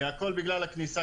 הכול בגלל הכניסה,